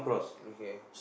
okay